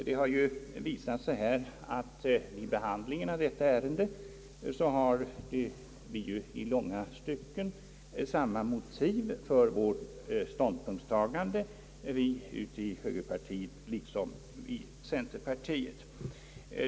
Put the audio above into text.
Det har vid behandlingen av detta ärende visat sig att vi i långa stycken har samma motiv för vårt ståndpunktstagande som <centerpartiledamöterna.